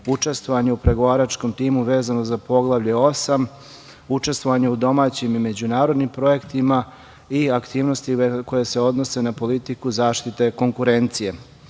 učestvovanje u pregovaračkom timu vezano za Poglavlje 8, učestvovanje u domaćim i međunarodnim projektima i aktivnosti koje se odnose na politiku zaštite konkurencije. Ja